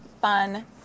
fun